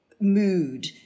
mood